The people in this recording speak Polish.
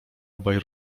obaj